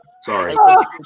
Sorry